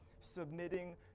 submitting